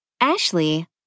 Ashley